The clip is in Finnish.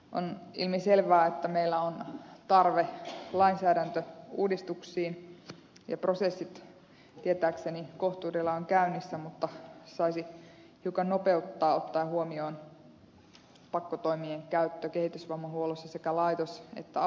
on ilmiselvää että meillä on tarve lainsäädäntöuudistuksiin ja prosessit tietääkseni kohtuudella ovat käynnissä mutta saisi hiukan nopeuttaa ottaen huomioon pakkotoimien käytön kehitysvammahuollossa sekä laitos että avohoidossa